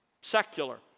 secular